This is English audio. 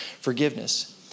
forgiveness